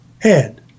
head